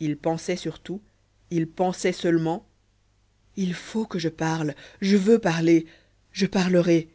il pensait surtout il pensait seulement il faut que je parle je veux parler je parlerai